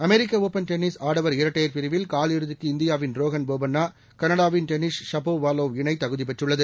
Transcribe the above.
அமெரிக்க open tennis ஆடவர் இரட்டையர் பிரிவில் காலிறுதிக்கு இந்தியாவின் ரோகன் போபண்ணா கனடாவின் டெனிஸ் ஷபோவாலவ் இணை தகுதி பெற்றுள்ளது